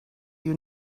you